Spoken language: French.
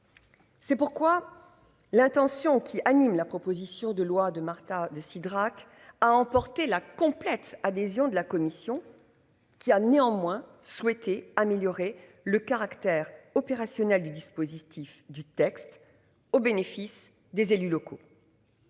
C'est pourquoi l'intention qui anime la proposition de loi de Marta de Cidrac a emporté la complète adhésion de la commission. Qui a néanmoins souhaité améliorer le caractère opérationnel du dispositif du texte au bénéfice des élus locaux.